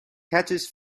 catches